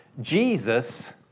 Jesus